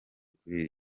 kuri